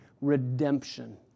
redemption